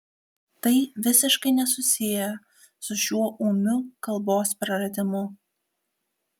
tai visiškai nesusiję su šiuo ūmiu kalbos praradimu